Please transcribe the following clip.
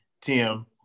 Tim